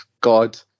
God